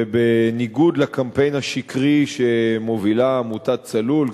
בניגוד לקמפיין השקרי שמובילה עמותת "צלול",